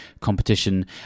competition